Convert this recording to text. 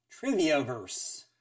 Triviaverse